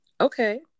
Okay